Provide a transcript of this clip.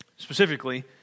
Specifically